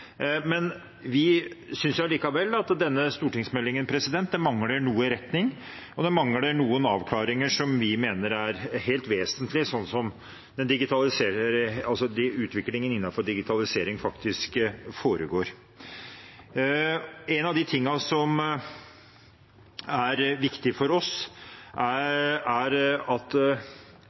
men vi synes likevel at denne stortingsmeldingen mangler noe retning, og den mangler noen avklaringer som vi mener er helt vesentlige, slik utviklingen innenfor digitalisering foregår. En av de tingene som er viktig for oss, er at